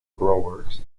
growers